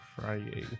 Friday